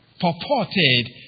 purported